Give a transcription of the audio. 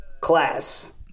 class